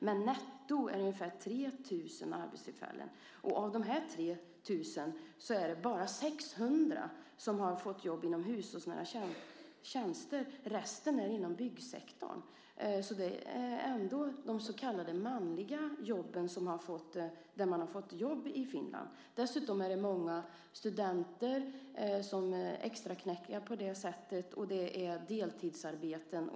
Men netto är det ungefär 3 000 arbetstillfällen, och av de 3 000 är det bara 600 som är jobb inom hushållsnära tjänster. Resten är inom byggsektorn. Det är alltså inom de så kallade manliga jobben som man har fått jobb i Finland. Dessutom är det många studenter som extraknäcker på det sättet, och det är deltidsarbeten.